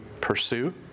pursue